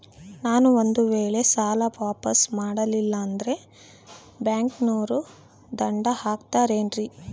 ನಾನು ಒಂದು ವೇಳೆ ಸಾಲ ವಾಪಾಸ್ಸು ಮಾಡಲಿಲ್ಲಂದ್ರೆ ಬ್ಯಾಂಕನೋರು ದಂಡ ಹಾಕತ್ತಾರೇನ್ರಿ?